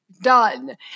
done